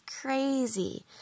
crazy